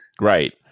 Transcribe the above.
Right